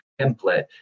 template